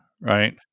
right